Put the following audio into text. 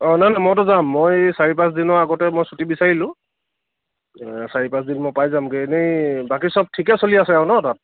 নাই নাই মইতো যাম মই এই চাৰি পাঁচ দিনৰ আগতে মই চুটি বিচাৰিলো চাৰি পাঁচদিন মই পাই যামগৈ এনেই বাকী সব ঠিকে চলি আছে আৰু ন' তাত